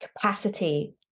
capacity